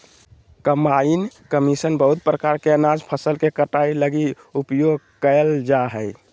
combine machine बहुत प्रकार के अनाज फसल के कटाई लगी उपयोग कयल जा हइ